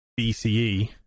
BCE